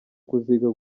kuziga